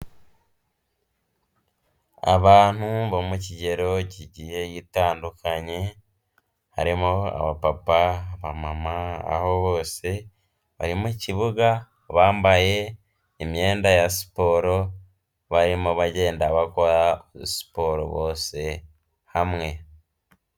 Abantu bo mu kigero kigiye gitandukanye, harimo abapapa, abamama, aho bose bari mu kibuga bambaye imyenda ya siporo, barimo bagenda bakora siporo bose hamwe.